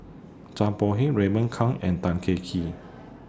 Zhang Bohe Raymond Kang and Tan Kah Kee